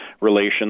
relations